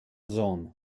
sohn